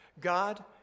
God